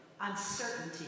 uncertainty